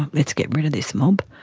let's get rid of this mob.